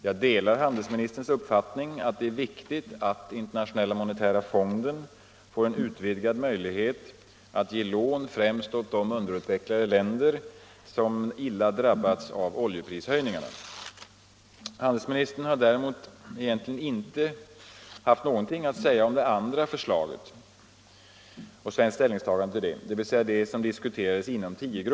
Jag delar handelsministerns uppfattning att det är viktigt att den internationella monetära fonden får utvidgade möjligheter att ge lån främst åt de underutvecklade länder som hårt har drabbats av oljeprishöjningarna. Handelsministern har däremot egentligen inte haft någonting att säga om det andra förslaget —- det som diskuterades inom tiogruppen — och om ett svenskt ställningstagande till det.